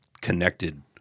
connected